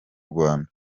rwanda